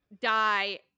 die